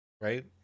Right